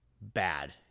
bad